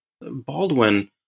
Baldwin